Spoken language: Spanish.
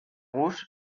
rouge